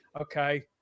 Okay